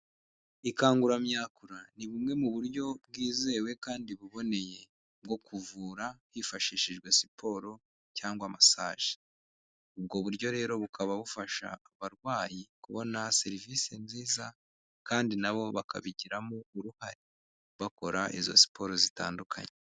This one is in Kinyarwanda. Ikanguramyakura ni bumwe mu buryo bwizewe kandi buboneye bwo kuvura hifashishijwe siporo cyangwa masaje. Ubwo buryo rero bukaba bufasha abarwayi kubona serivisi nziza kandi nabo bakabigiramo uruhare bakora izo siporo zitandukanye.